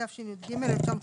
התשי"ג-1953,